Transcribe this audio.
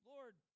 Lord